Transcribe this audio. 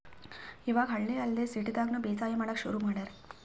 ಇವಾಗ್ ಹಳ್ಳಿ ಅಲ್ದೆ ಸಿಟಿದಾಗ್ನು ಬೇಸಾಯ್ ಮಾಡಕ್ಕ್ ಶುರು ಮಾಡ್ಯಾರ್